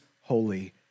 holy